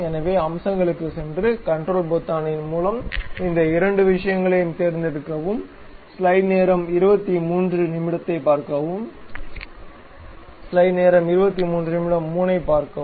எனவே அம்சங்களுக்குச் சென்று கன்ட்ரோல் பொத்தானின் மூலம் இந்த இரண்டு விஷயங்களையும் தேர்ந்தெடுக்கவும்